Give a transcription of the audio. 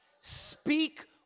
Speak